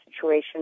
situation